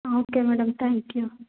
um okay madam thank you